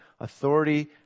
authority